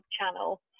channel